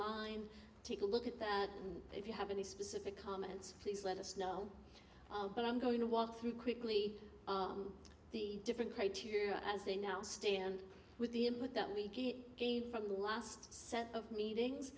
online take a look at that if you have any specific comments please let us know but i'm going to walk through quickly the different criteria as they now stand with the input that we gave from the last set of meetings